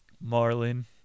Marlin